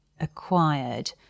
acquired